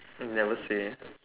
um never say